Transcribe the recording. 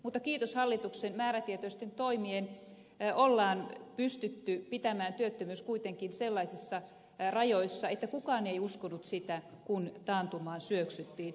mutta kiitos hallituksen määrätietoisten toimien on pystytty pitämään työttömyys kuitenkin sellaisissa rajoissa että kukaan ei uskonut sitä kun taantumaan syöksyttiin